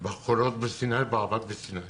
בחולות בסיני, באבק בסיני.